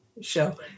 show